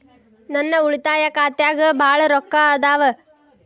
ನನ್ ಉಳಿತಾಯ ಖಾತ್ಯಾಗ ಬಾಳ್ ರೊಕ್ಕಾ ಅದಾವ ಆದ್ರೆ ಸಾಲ್ದ ಖಾತೆಗೆ ಜಮಾ ಆಗ್ತಿಲ್ಲ ಯಾಕ್ರೇ ಸಾರ್?